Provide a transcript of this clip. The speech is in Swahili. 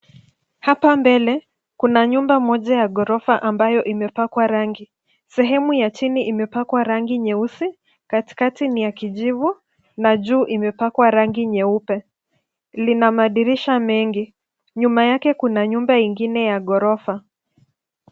Hapa mbele kuna nyumba moja ya ghorofa ambayo imepakwa rangi. Sehemu ya chini imepakwa rangi nyeusi, katikati ni ya kijivu na juu imepakwa rangi nyeupe. Lina madirisha mengi. Nyuma yake kuna nyumba ingine ya ghorofa.